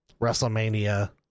Wrestlemania